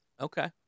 Okay